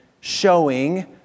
showing